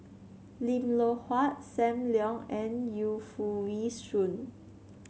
Lim Loh Huat Sam Leong and Yu Foo Yee Shoon